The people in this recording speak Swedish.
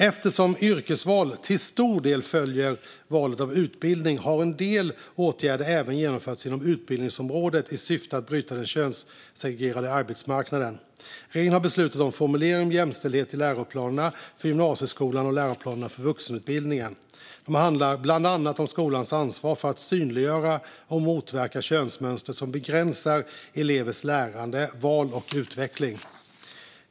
Eftersom yrkesval till stor del följer valet av utbildning har en del åtgärder även genomförts inom utbildningsområdet i syfte att bryta den könssegregerade arbetsmarknaden. Regeringen har beslutat om formuleringar om jämställdhet i läroplanerna för gymnasieskolan och läroplanen för vuxenutbildningen. De handlar bland annat om skolans ansvar för att synliggöra och motverka könsmönster som begränsar elevernas lärande, val och utveckling.